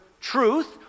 truth